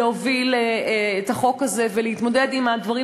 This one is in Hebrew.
להוביל את החוק הזה ולהתמודד עם הדברים